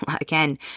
again